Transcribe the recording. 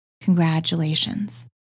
Congratulations